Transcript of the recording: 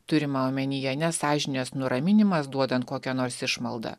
turima omenyje ne sąžinės nuraminimas duodant kokią nors išmaldą